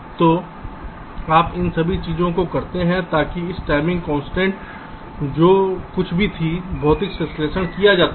तो आप इन सभी चीजों को करते हैं ताकि इस टाइमिंग कन्सट्रैन्ट जो कुछ भी थी भौतिक संश्लेषण किया जाता है